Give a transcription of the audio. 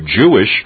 Jewish